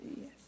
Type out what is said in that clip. Yes